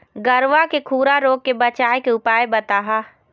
गरवा के खुरा रोग के बचाए के उपाय बताहा?